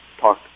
talk